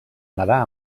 nedar